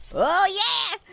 oh yeah,